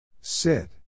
Sit